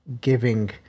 giving